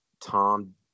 Tom